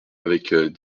avec